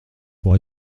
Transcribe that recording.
pour